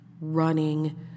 running